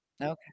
Okay